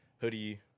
hoodie